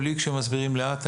אבל כשמסבירים לי לאט,